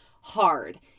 hard